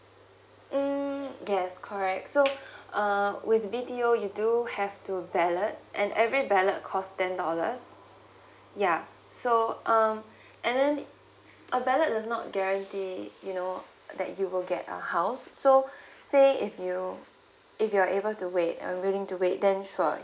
mm yes correct so err with B_T_O you do have to ballot and every ballot cost ten dollars yeah so um and then a ballot does not guarantee you know that you will get a house so say if you if you're able to wait and willing to wait then is fine